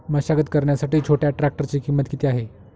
मशागत करण्यासाठी छोट्या ट्रॅक्टरची किंमत किती आहे?